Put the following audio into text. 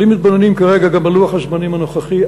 אבל אם מתבוננים כרגע גם בלוח הזמנים הנוכחי,